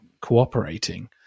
cooperating